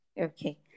Okay